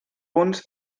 punts